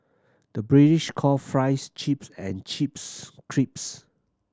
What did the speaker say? the British call fries chips and chips crisps